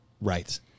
Right